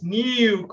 new